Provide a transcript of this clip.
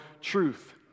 truth